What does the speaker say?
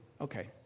Okay